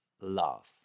love